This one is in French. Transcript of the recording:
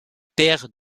père